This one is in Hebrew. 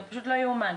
זה פשוט לא יאומן.